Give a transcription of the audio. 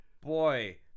boy